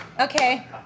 Okay